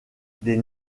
des